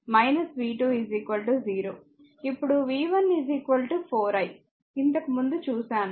ఇప్పుడు v1 4I ఇంతకు ముందు చూశాను